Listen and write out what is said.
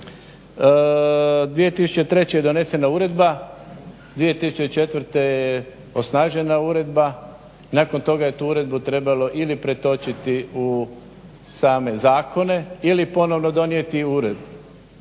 2003. je donesena uredba, 2004. je osnažena uredba i nakon toga je tu uredbu trebalo ili pretočiti u same zakone ili ponovno donijeti uredbu.